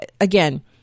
again